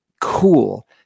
cool